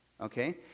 Okay